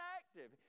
active